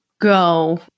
go